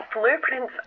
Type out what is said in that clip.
Blueprints